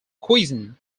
cuisine